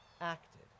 acted